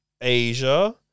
Asia